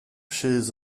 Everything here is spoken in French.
chaises